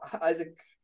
Isaac